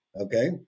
Okay